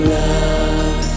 love